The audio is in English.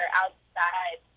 outside